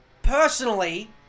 Personally